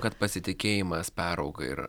kad pasitikėjimas perauga ir